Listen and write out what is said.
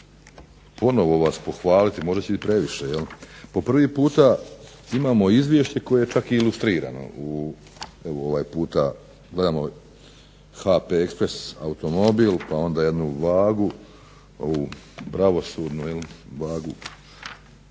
ponovno pohvaliti možda će biti previše. Po prvi puta imamo izvješće koje je čak i ilustrirano evo ovaj puta gledamo HP ekspres automobil pa onda jednu vagu ovu pravosudnu vagu